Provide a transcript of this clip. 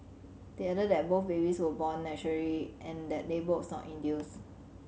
they added that both babies were born naturally and that labour was not induced